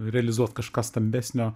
realizuot kažką stambesnio